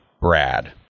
Brad